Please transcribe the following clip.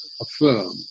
affirm